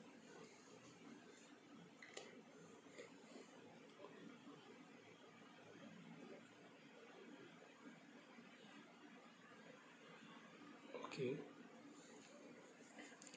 okay okay